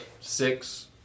six